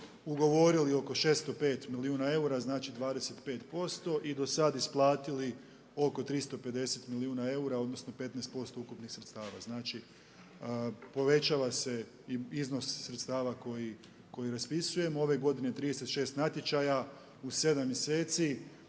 ugovorili oko 605 milijuna eura. Znači 25% i do sad isplatili oko 350 milijuna eura, odnosno 15% ukupnih sredstava. Znači, povećava se i iznos sredstava koji raspisujemo. Ove godine 36 natječaja u 7 mjeseci.